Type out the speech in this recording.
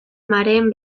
mareen